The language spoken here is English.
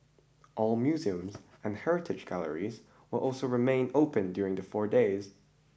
all museums and heritage galleries will also remain open during the four days